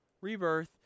rebirth